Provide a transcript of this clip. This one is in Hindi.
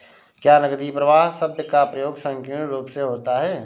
क्या नकदी प्रवाह शब्द का प्रयोग संकीर्ण रूप से होता है?